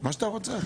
מה שאתה רוצה.